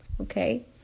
Okay